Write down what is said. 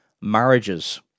marriages